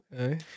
Okay